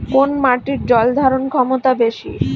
কোন মাটির জল ধারণ ক্ষমতা বেশি?